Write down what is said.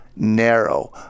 Narrow